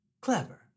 clever